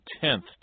tenth